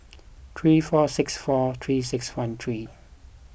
three four six four three six one three